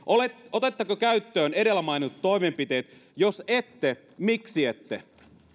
otatteko käyttöön edellä mainitut toimenpiteet jos ette miksi ette